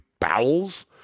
bowels